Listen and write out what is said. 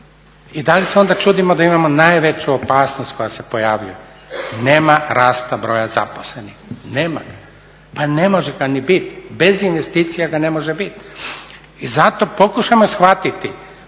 I da li se onda čudimo da imamo najveću opasnost koja se pojavljuje? Nema rasta broja zaposlenih, nema ga. Pa ne može ga ni bit, bez investicija ga ne može bit. I zato pokušajmo shvatiti